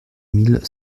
mille